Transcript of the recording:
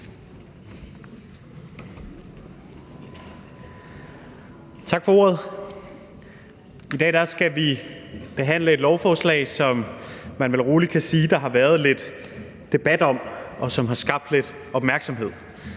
Tak for ordet. I dag skal vi behandle et lovforslag, som man vel roligt kan sige der har været lidt debat om, og som har skabt lidt opmærksomhed,